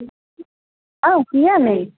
ओ किएक नहि